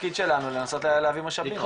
--- התפקיד שלנו הוא לנסות להביא משאבים,